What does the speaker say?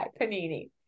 panini